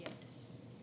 Yes